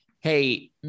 hey